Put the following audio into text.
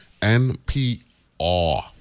NPR